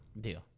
deal